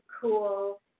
cool